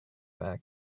fair